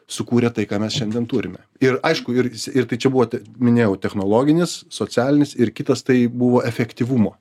sukūrė tai ką mes šiandien turime ir aišku ir ir tai čia buvo ta minėjau technologinis socialinis ir kitas tai buvo efektyvumo